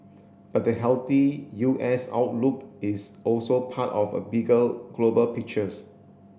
but the healthy U S outlook is also part of a bigger global pictures